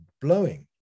blowing